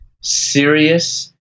serious